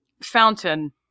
fountain